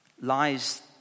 lies